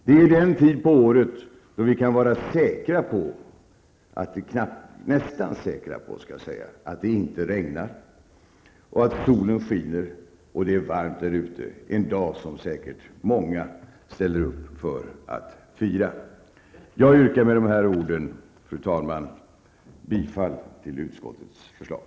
Det gäller den tid på året då vi kan vara nästan säkra på att det inte regnar, att solen skiner och att det är varmt ute. Det är en dag som säkert många ställer upp för att fira. Jag yrkar med dessa ord, fru talman, bifall till utskottets förslag.